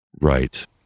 Right